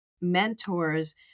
mentors